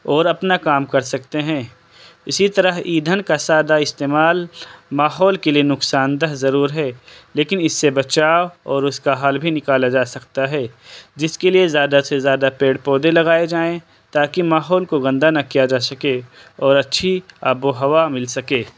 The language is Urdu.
اور اپنا کام کر سکتے ہیں اسی طرح ایندھن کا زیادہ استعمال ماحول کے لیے نقصان دہ ضرور ہے لیکن اس سے بچاؤ اور اس کا حل بھی نکالا جا سکتا ہے جس کے لیے زیادہ سے زیادہ پیڑ پودے لگائے جائیں تا کہ ماحول کو گندہ نہ کیا جا سکے اور اچّھی آب و ہوا مل سکے